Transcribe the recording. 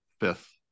fifth